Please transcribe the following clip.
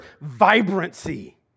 vibrancy